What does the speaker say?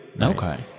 Okay